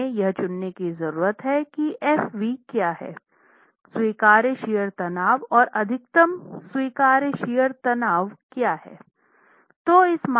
हमें यह चुनने की जरूरत है कि Fv क्या हैं स्वीकार्य शियर तनाव और अधिकतम स्वीकार्य शियर तनाव क्या हैं